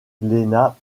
glénat